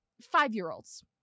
Five-year-olds